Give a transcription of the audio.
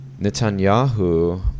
Netanyahu